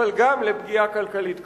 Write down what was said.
אבל גם לפגיעה כלכלית קשה.